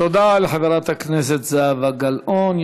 תודה לחברת הכנסת זהבה גלאון.